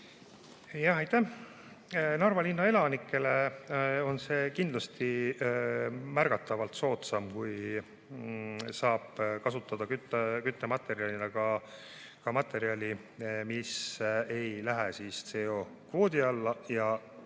Aitäh! Narva linna elanikele on see kindlasti märgatavalt soodsam, kui saab kasutada küttematerjalina ka materjali, mis ei lähe CO‑kvoodi alla, ja